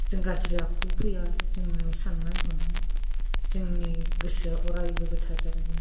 जों गाज्रि आखु फैया जोंनि साननाय हनाय जोंनि गोसोआ अराइबो गोथार जानो